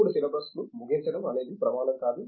ఇప్పుడు సిలబస్ను ముగించడం అనేది ప్రమాణం కాదు